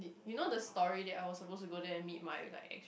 you know the story that I was suppose to go there and meet my like